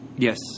Yes